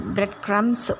Breadcrumbs